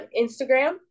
Instagram